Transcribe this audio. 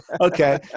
Okay